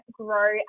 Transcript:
grow